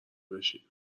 بشین